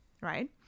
right